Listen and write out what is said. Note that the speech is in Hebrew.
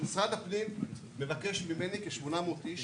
משרד הפנים מבקש ממני כ-800 איש